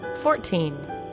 Fourteen